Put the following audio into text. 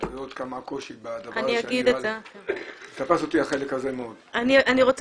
לראות כמה קושי בדבר הזה --- אני אגיד את זה.